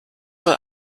wohl